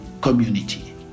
community